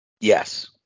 Yes